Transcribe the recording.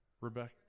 Rebecca